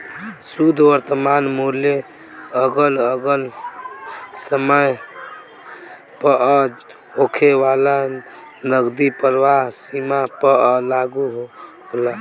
शुद्ध वर्तमान मूल्य अगल अलग समय पअ होखे वाला नगदी प्रवाह सीमा पअ लागू होला